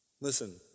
Listen